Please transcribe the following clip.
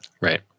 Right